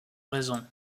raison